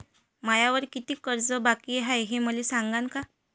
मायावर कितीक कर्ज बाकी हाय, हे मले सांगान का?